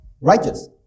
righteous